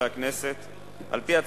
תודה רבה,